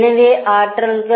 எனவே ஆற்றல்கள்